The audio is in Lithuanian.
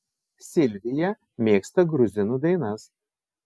silvija mėgsta gruzinų dainas